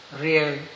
real